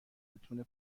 بتونه